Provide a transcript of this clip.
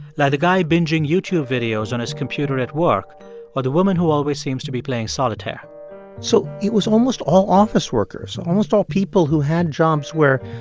like the guy bingeing youtube videos on his computer at work or the woman who always seems to be playing solitaire so it was almost all office workers, almost all people who had jobs where,